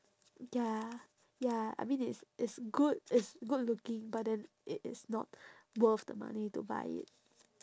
ya ya I mean it's it's good it's good looking but then it is not worth the money to buy it